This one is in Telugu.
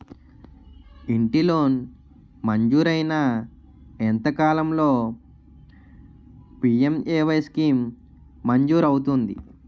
ఇంటి లోన్ మంజూరైన ఎంత కాలంలో పి.ఎం.ఎ.వై స్కీమ్ మంజూరు అవుతుంది?